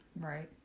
Right